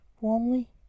warmly